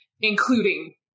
including